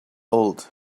old